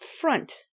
front